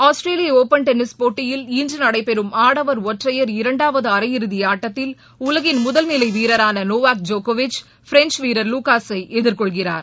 ஆஸ்திரேலிய open tennis போட்டியில் இன்று நடைபெறும் ஆடவர் ஒற்றையர் இரண்டாவது அரையிறுதி ஆட்டத்தில் உலகின் முதல் நிலை வீரரான நோவாக் ஜோகோவிச் பிரஞ்ச் வீரர் லுக்காஸை எதிர்கொள்கிறார்